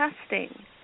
testing